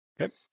Okay